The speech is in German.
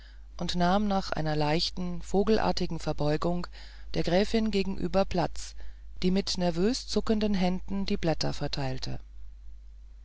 und nahm nach einer leichten vogelartigen verbeugung der gräfin gegenüber platz die mit nervös zuckenden händen die blätter verteilte